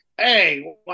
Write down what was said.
hey